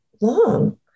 long